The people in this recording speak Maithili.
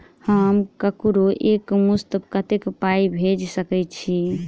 हम ककरो एक मुस्त कत्तेक पाई भेजि सकय छी?